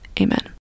Amen